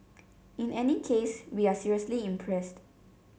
in any case we are seriously impressed